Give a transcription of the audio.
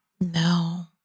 No